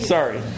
Sorry